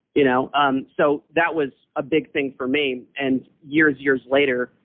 you know um so that was a big thing for me, and years, years later,